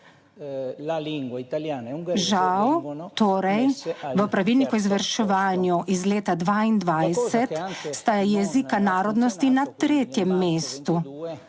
Žal torej v Pravilniku o izvrševanju iz leta 2022 sta jezika narodnosti na tretjem mestu.